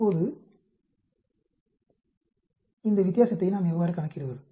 இப்போது இந்த வித்தியாசத்தை நாம் எவ்வாறு கணக்கிடுவது